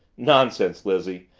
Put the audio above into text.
nonsense, lizzie,